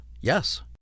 Yes